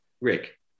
rick